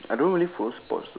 I don't really follow sports though